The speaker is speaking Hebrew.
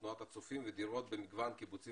תנועת הצופים ודירות במגוון קיבוצים